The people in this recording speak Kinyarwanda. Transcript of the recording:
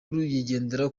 y’ingenzi